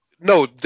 No